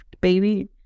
baby